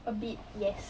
a bit yes